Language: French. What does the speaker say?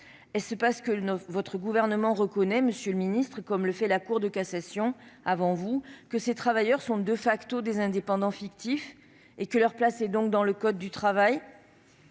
Est-ce parce que votre gouvernement reconnaît, monsieur le ministre, comme le fait la Cour de cassation avant lui, que ces travailleurs sont des indépendants fictifs, et qu'à ce titre leur place est dans le code du travail ?